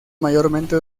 mayormente